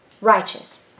righteous